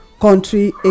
country